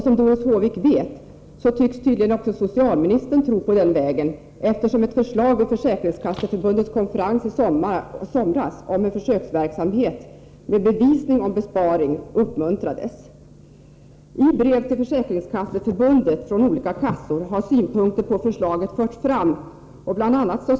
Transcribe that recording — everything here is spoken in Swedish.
Som Doris Håvik vet tycks tydligen även socialministern tro på den vägen, eftersom ett förslag vid Försäkringskasseförbundets konferens i somras om en försöksverksamhet med bevisning om besparing uppmuntrades. I brev till Försäkringskasseförbundet från olika kassor har synpunkter på förslaget förts fram. Bl. a.